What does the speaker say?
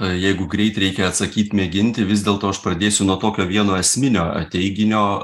jeigu greit reikia atsakyt mėginti vis dėlto aš pradėsiu nuo tokio vieno esminio teiginio